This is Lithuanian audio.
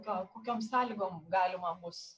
gal kokiom sąlygom galima bus